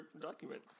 document